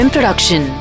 Production